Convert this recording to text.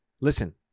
Listen